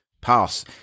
Pass